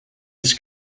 its